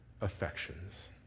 affections